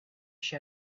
she